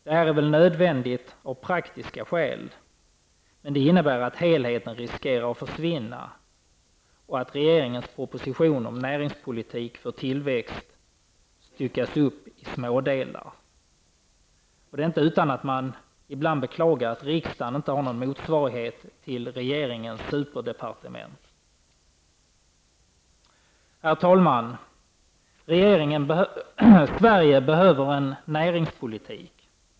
Det är väl av nödvändiga och praktiska skäl, men det innebär att helheten riskerar att försvinna och att regeringens proposition om näringspolitik för tillväxt styckas upp i smådelar. Det är inte utan att man ibland beklagar att riksdagen inte har någon motsvarighet till regeringens ''superdepartement''. Herr talman! Sverige behöver en näringspolitik.